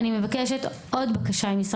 (אומרת דברים בשפת הסימנים,